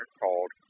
called